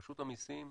רשות המסים,